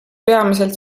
peamiselt